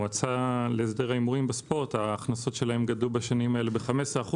ההכנסות של המועצה להסדר ההימורים בספורט גדלו בשנים האלה ב-15%,